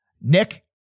Nick